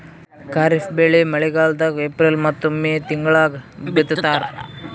ಖಾರಿಫ್ ಬೆಳಿ ಮಳಿಗಾಲದಾಗ ಏಪ್ರಿಲ್ ಮತ್ತು ಮೇ ತಿಂಗಳಾಗ ಬಿತ್ತತಾರ